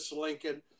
Lincoln